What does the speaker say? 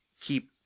keep